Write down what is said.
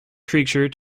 creature